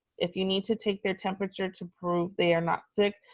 if you need to take their temperature to prove they are not sick,